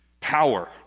power